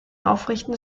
aufrichten